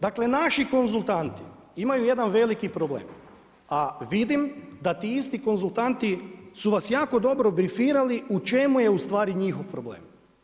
Dakle, naši konzultanti imaju jedan veliki problem, a vidim da ti isti konzultanti su vas jako dobro brifirali u čemu je ustvari njihov problem?